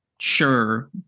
Sure